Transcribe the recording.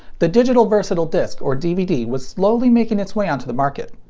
the digital versatile disc, or dvd, was slowly making its way onto the market.